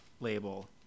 label